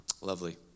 Lovely